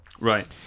Right